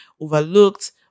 overlooked